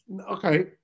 Okay